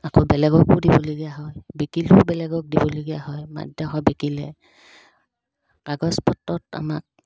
আকৌ বেলেগকো দিবলগীয়া হয় বিকিলোঁ বেলেগক দিবলগীয়া হয় মাটিডখৰ বিকিলে কাগজপত্ৰত আমাক